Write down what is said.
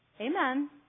Amen